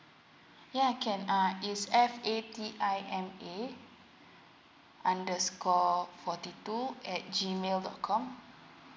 ya can uh is f a t i m a underscore forty two at G mail dot com